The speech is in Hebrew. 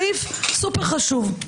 סעיף סופר חשוב,